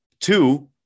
Two